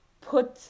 put